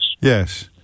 Yes